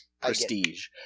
prestige